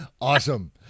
awesome